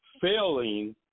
Failing